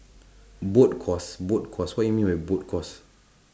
boat course boat course what do you mean by boat course